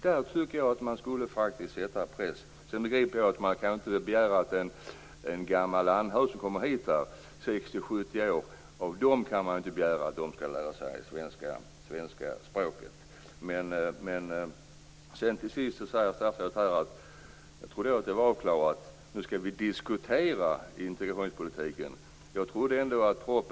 Jag tycker faktiskt att man skall utöva press i ett sådant fall. Jag begriper naturligtvis att man inte kan begära att en gammal anhörig som kommer hit, kanske i 60 eller 70 års ålder, skall lära sig svenska språket. Till sist säger statsrådet att vi nu skall diskutera integrationspolitiken. Jag trodde att det var avklarat.